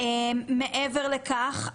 מעבר לכך,